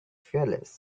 fearless